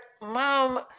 Mom